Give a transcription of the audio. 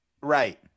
Right